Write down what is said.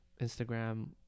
instagram